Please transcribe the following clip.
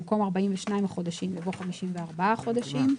במקום "42 החדשים" יבוא "54 החודשים".